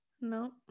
No